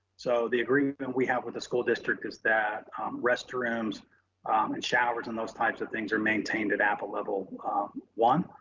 so the agreement and we have with the school district is that restrooms and showers and those types of things are maintained at appa level i,